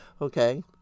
Okay